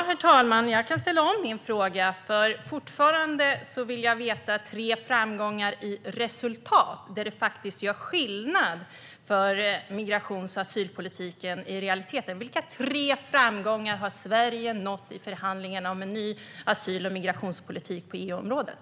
Herr talman! Jag kan ställa om min fråga, för jag vill fortfarande veta tre framgångar i form av resultat som gör skillnad för asyl och migrationspolitiken i realiteten. Vilka tre framgångar har Sverige nått i förhandlingarna om en ny asyl och migrationspolitik på EU-området?